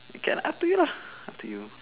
it can up to you lah up to you